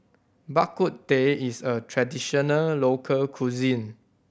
Bak Kut Teh is a traditional local cuisine